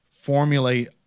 formulate